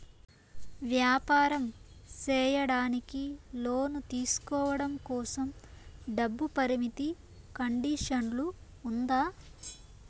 వ్యాపారం సేయడానికి లోను తీసుకోవడం కోసం, డబ్బు పరిమితి కండిషన్లు ఉందా?